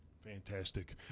Fantastic